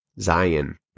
Zion